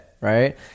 right